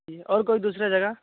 जी और कोई दूसरी जगह